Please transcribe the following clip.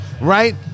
right